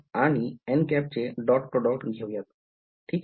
आपण आणि चे डॉट प्रॉडक्ट घेऊयात ठीके